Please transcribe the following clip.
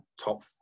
top